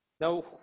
Now